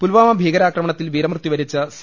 പുൽവാമ ഭീകരാക്രമണത്തിൽ വീരമൃത്യുവരിച്ച സി